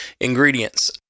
ingredients